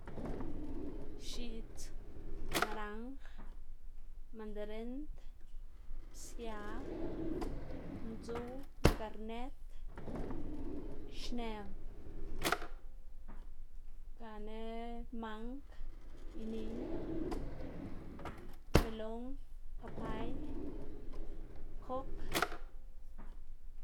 x̱iꞌdz, naranj, mandarind, psia, mdzu, ngarnet, xnëw gane mang, iniy, melon, papay, kok.